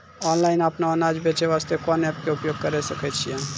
Online अपनो अनाज बेचे वास्ते कोंन एप्प के उपयोग करें सकय छियै?